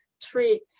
treat